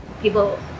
People